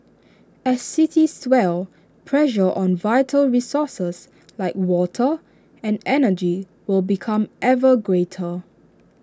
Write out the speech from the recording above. as cities swell pressure on vital resources like water and energy will become ever greater